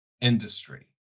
industry